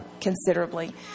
considerably